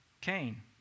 Cain